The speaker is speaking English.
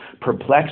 perplexed